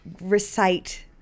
recite